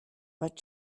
but